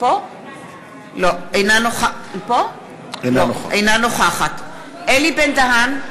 אינה נוכחת אלי בן-דהן,